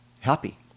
happy